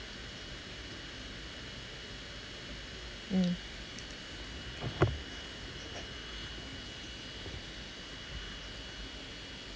mm